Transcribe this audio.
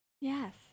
Yes